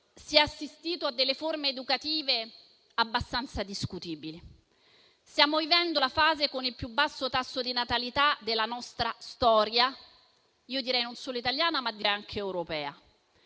si è assistito a forme educative abbastanza discutibili. Stiamo vivendo la fase con il più basso tasso di natalità della nostra storia, e direi non solo italiana, ma anche europea.